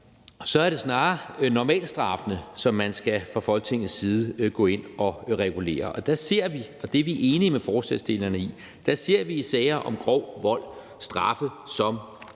er det snarere normalstraffene, som man fra Folketingets side skal gå ind at regulere. Der ser vi – og det er vi enige med forslagsstillerne i – i sager om grov vold straffe, som